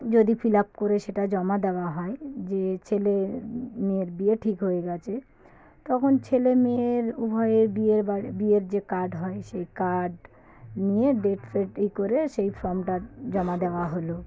যদি fill up করে সেটা জমা দেওয়া হয় যে ছেলে মেয়ের বিয়ে ঠিক হয়ে গেছে তখন ছেলে মেয়ের উভয়ের বিয়ের বাড়ি বিয়ের যে কার্ড হয় সেই কার্ড নিয়ে ডেট ফেট ইয়ে করে সেই ফর্মটা জমা দেওয়া হলো